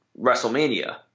WrestleMania